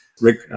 Rick